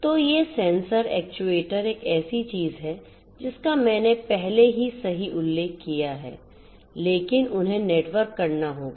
तो ये sensor actuator एक ऐसी चीज है जिसका मैंने पहले ही सही उल्लेख किया है लेकिन उन्हें नेटवर्क करना होगा